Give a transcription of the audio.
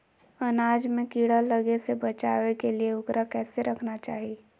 अनाज में कीड़ा लगे से बचावे के लिए, उकरा कैसे रखना चाही?